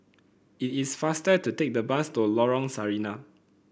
it is faster to take the bus to Lorong Sarina